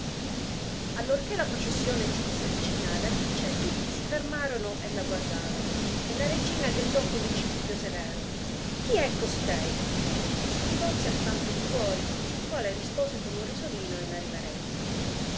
allorchè la processione giunse vicina ad alice tutti si fermarono e la guardarono e la regina gridò con cipiglio severo chi è costei e si rivolse al fante di cuori il quale rispose con un risolino e una riverenza